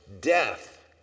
death